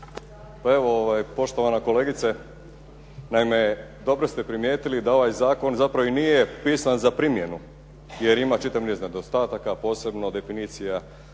Pa evo poštovana kolegice, naime dobro ste primjetili da ovaj zakon zapravo i nije pisan za primjenu jer ima čitav niz nedostataka, posebno definicija